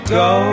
go